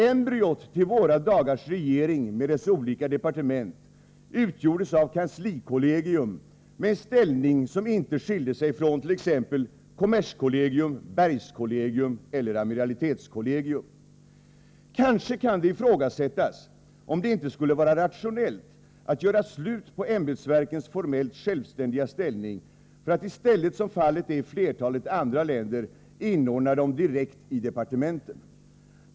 Embryot till våra dagars regering med dess olika departement utgjordes av kanslikollegium, med en ställning som inte skilde sig från t.ex. kommerskollegiums, bergskollegiums eller amiralitetskollegiums. Kanske kan det ifrågasättas, om det inte skulle vara rationellt att göra slut på ämbetsverkens formellt självständiga ställning för att i stället, som fallet är i flertalet andra länder, inordna dem direkt i departementen.